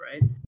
right